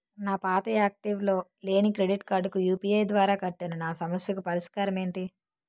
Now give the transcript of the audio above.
నా పాత యాక్టివ్ లో లేని క్రెడిట్ కార్డుకు యు.పి.ఐ ద్వారా కట్టాను నా సమస్యకు పరిష్కారం ఎంటి?